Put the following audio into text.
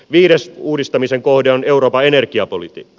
viides uudistamisen kohde on euroopan energiapolitiikka